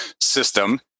system